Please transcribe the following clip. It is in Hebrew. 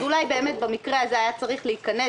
אולי באמת במקרה הזה היה צריך להיכנס